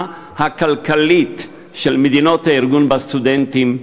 הכלכלית של מדינות הארגון בסטודנטים שלהן.